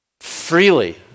freely